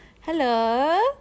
hello